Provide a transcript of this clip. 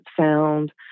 sound